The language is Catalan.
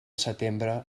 setembre